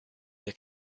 they